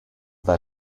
that